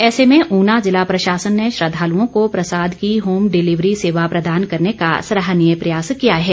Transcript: ऐसे में ऊना जिला प्रशासन ने श्रद्धालुओं को प्रसाद की होम डिलिवरी सेवा प्रदान करने का सराहनीय प्रयास किया है